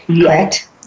correct